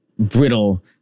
brittle